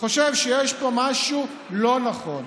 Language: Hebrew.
חושב שיש פה משהו לא נכון.